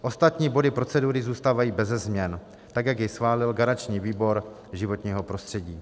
Ostatní body procedury zůstávají beze změn, jak je schválil garanční výbor pro životní prostředí.